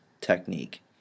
technique